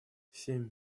семь